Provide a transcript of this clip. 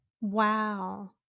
Wow